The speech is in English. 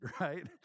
right